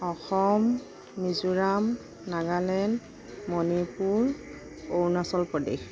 Assam Mizoram Nagaland Manipur Arunachal Pradesh